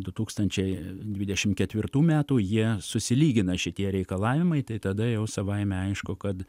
du tūkstančiai dvidešim ketvirtų metų jie susilygina šitie reikalavimai tai tada jau savaime aišku kad